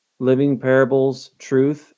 livingparablestruth